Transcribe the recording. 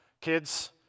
Kids